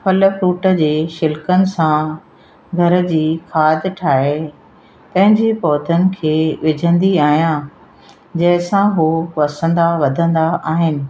भाॼिन ऐं फल फ्रूट जे छिलकनि सां घर जी खाद ठाहे पंहिंजे पौधनि खे विझंदी आहियां जंहिंसां उहे वसंदा वधंदा आहिनि